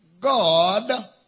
God